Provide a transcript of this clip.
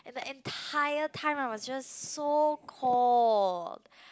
and the entire time I was just so cold